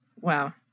Wow